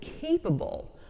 capable